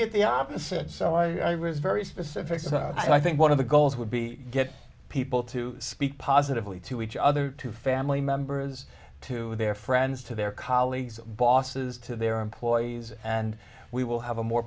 get the opposite so i was very specific so i think one of the goals would be get people to speak positively to each other to family members to their friends to their colleagues bosses to their employees and we will have a more